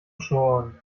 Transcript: schon